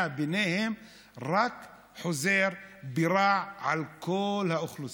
ביניהם רק חוזר ברע על כל האוכלוסייה.